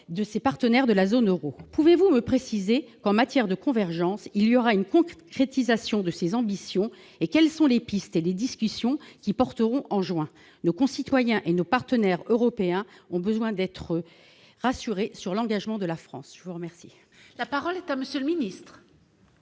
de ses partenaires de la zone Euro, pouvez-vous me préciser qu'en matière de convergence, il y aura une concrétisation de ses ambitions et quelles sont les pistes et les discussions qui porteront en juin, nos concitoyens et nos partenaires européens ont besoin d'être rassurés sur l'engagement de la France, je vous remercie. La parole est à monsieur le Ministre.